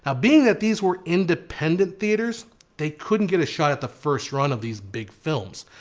ah being that these were independent theaters they couldn't get a shot at the first run of these big films.